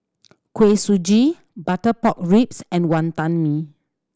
Kuih Suji butter pork ribs and Wonton Mee